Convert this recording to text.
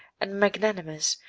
and magnanimous,